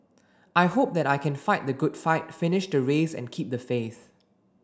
I hope that I can fight the good fight finish the race and keep the faith